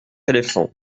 éléphants